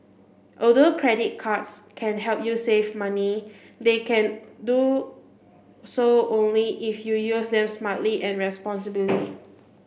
although credit cards can help you save money they can do so only if you use them smartly and responsibly